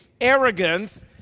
arrogance